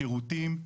שירותים,